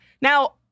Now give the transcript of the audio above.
Now